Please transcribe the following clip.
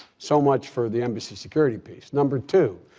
so much for the embassy security piece. number two,